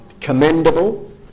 commendable